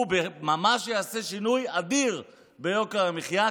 הוא ממש יעשה שינוי אדיר ביוקר המחיה,